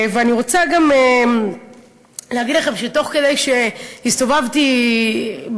אני רוצה גם להגיד לכם שכשהסתובבתי אצל הרופאים,